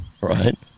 right